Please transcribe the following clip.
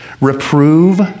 Reprove